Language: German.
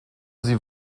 sie